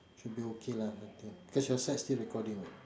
should be okay lah I think cause your side still recording [what]